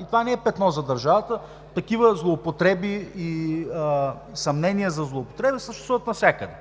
и това не е петно за държавата. Такива злоупотреби и съмнения за злоупотреби съществуват навсякъде.